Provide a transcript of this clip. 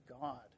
God